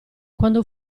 quando